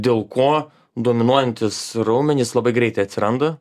dėl ko dominuojantys raumenys labai greitai atsiranda